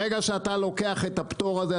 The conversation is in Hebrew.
ברגע שאתה לוקח את הפטור הזה,